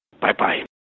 Bye-bye